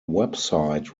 website